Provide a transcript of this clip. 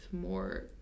more